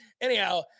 Anyhow